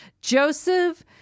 Joseph